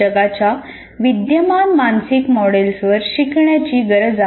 जगाच्या विद्यमान मानसिक मॉडेल्सवर शिकण्याची गरज आहे